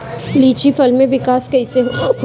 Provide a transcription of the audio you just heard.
लीची फल में विकास कइसे होई?